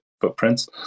footprints